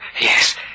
Yes